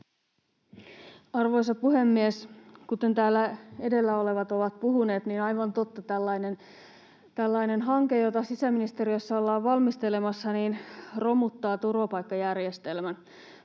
Arvoisa puhemies! Kuten täällä edellä olevat ovat puhuneet, niin aivan totta tällainen hanke, jota sisäministeriössä ollaan valmistelemassa, romuttaa turvapaikkajärjestelmän,